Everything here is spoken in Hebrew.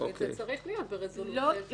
זה צריך להיות ברזולוציה יותר גבוהה.